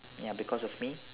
ya because of me